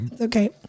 Okay